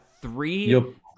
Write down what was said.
three